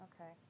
Okay